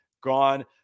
gone